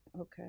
Okay